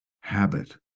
habit